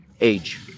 age